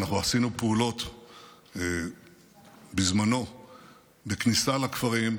אנחנו עשינו פעולות בזמנו בכניסה לכפרים,